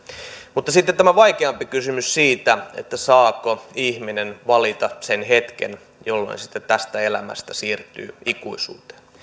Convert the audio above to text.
mutta sitten tämä vaikeampi kysymys siitä saako ihminen valita sen hetken jolloin tästä elämästä siirtyy ikuisuuteen